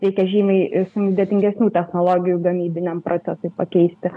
reikia žymiai sudėtingesnių technologijų gamybiniam procesui pakeisti